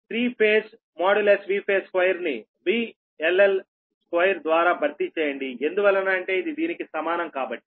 3 phase Vphase2ని VL L2 ద్వారా భర్తీ చేయండి ఎందువలన అంటే ఇది దీనికి సమానం కాబట్టి